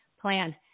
plan